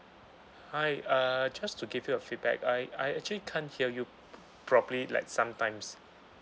hi uh just to give you a feedback I I actually can't hear you properly like sometimes